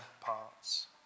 parts